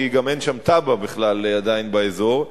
כי גם אין שם בכלל עדיין תב"ע באזור,